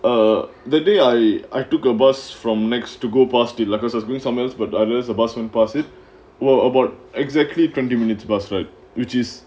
ah that day I I took a bus from next to go past the levels was going somewhere else but others other when pass it o~ about exactly twenty minutes bus ride which is